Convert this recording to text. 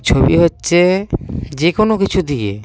ছবি হচ্ছে যে কোনো কিছু দিয়ে